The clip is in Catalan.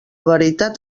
veritat